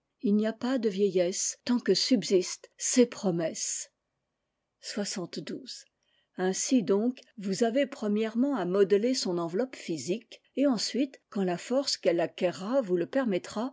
il n'y a pas de vieillesse tant que subsistent ces promesses ainsi donc vous avez premièrement à modeler son enveloppe physique et ensuite quand la force qu'elle acquerra vous le permettra